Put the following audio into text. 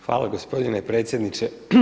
Hvala gospodine predsjedniče.